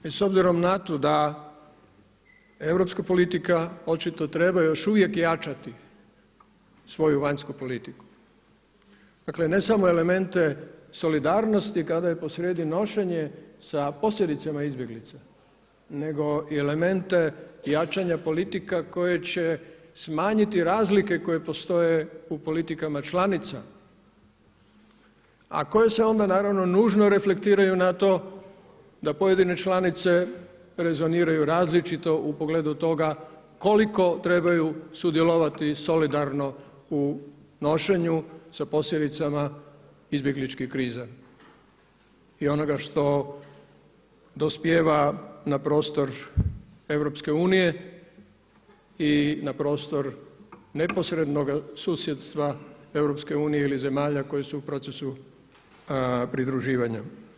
S obzirom na to da europska politika očito treba još uvijek jačati svoju vanjsku politiku, dakle ne samo elemente solidarnosti kada je posrijedi nošenje sa posljedicama izbjeglica nego i elemente jačanja politika koje će smanjiti razlike koje postoje u politikama članica, a koje se onda naravno nužno reflektiraju na to da pojedine članice rezoniraju različito u pogledu toga koliko trebaju sudjelovati solidarno u nošenju sa posljedicama izbjegličke krize i onoga što dospijeva na prostor EU i na prostor neposrednog susjedstva EU ili zemalja koje su u procesu pridruživanja.